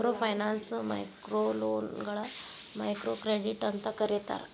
microfinance ಮೈಕ್ರೋಲೋನ್ಗಳ microcredit ಅಂತೂ ಕರೇತಾರ